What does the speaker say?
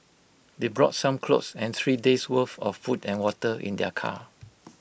they brought some clothes and three days' worth of food and water in their car